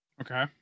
Okay